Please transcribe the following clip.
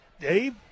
Dave